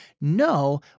No